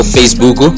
Facebook